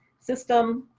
system,